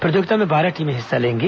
प्रतियोगिता में बारह टीमें हिस्सा लेंगी